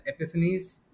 epiphanies